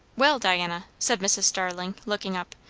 well, diana, said mrs. starling, looking up.